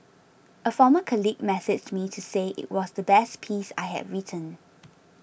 a former colleague messaged me to say it was the best piece I had written